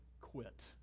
quit